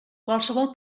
qualsevol